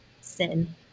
sin